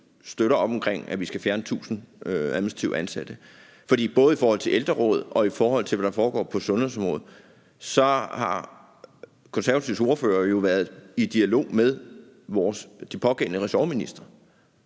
støtter op omkring, at vi skal fjerne 1.000 administrativt ansatte. For både i forhold til ældreråd, og i forhold til hvad der foregår på sundhedsområdet, har Konservatives ordførere jo været i dialog med de pågældende ressortministre.